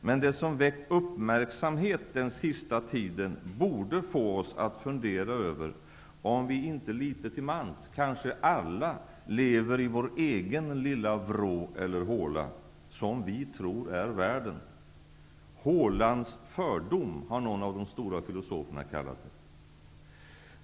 Men det som har väckt uppmärksamhet den sista tiden borde få oss att fundera över om vi inte litet till mans, kanske alla, lever i vår egen lilla vrå eller håla, som vi tror är världen. Hålans fördom, har någon av de stora filosoferna kallat det.